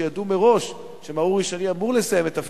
כשידעו מראש שמר אורי שני אמור לסיים את תפקידו,